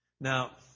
Now